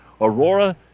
Aurora